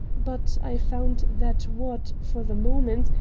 but i found that what, for the moment,